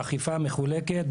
האכיפה מחולקת.